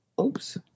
oops